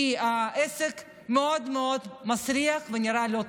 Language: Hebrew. כי העסק מאוד מאוד מסריח ונראה לא טוב.